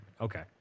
Okay